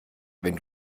wenn